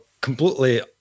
Completely